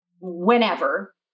whenever